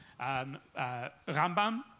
Rambam